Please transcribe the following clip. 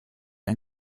ein